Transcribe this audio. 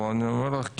אבל אני אומר לך,